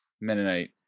Mennonite